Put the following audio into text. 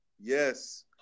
Yes